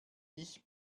ich